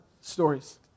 stories